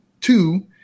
two